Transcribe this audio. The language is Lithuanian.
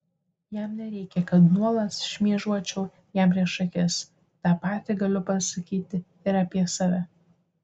jam nereikia kad nuolat šmėžuočiau jam prieš akis tą patį galiu pasakyti ir apie save